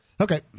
Okay